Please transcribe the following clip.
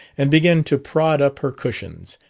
and began to prod up her cushions.